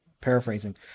paraphrasing